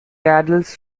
adults